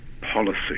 policy